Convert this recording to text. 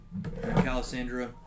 Calisandra